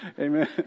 Amen